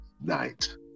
night